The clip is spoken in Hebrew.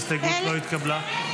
ההסתייגות לא התקבלה.